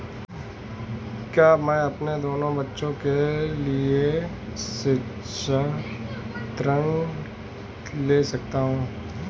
क्या मैं अपने दोनों बच्चों के लिए शिक्षा ऋण ले सकता हूँ?